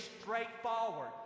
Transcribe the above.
straightforward